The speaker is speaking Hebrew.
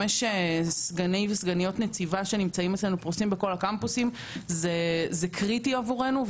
25 סגני נציבה שפרוסים בכל הקמפוסים זה קריטי עבורנו,